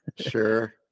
Sure